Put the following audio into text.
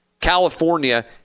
California